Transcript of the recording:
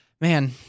man